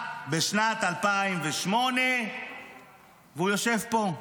הממשלה, בשנת 2008. והוא יושב פה.